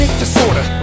Disorder